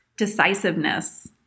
decisiveness